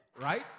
right